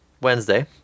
Wednesday